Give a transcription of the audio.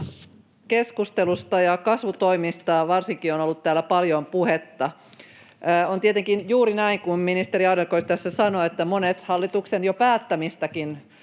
keskustelusta. — Kasvutoimista varsinkin on ollut täällä paljon puhetta, ja on tietenkin juuri näin kuin ministeri Adlercreutz tässä sanoi, että monet hallituksen jo päättämistäkin